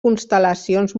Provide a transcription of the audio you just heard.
constel·lacions